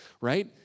Right